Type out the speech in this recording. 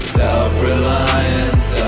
self-reliance